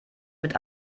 mit